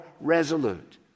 resolute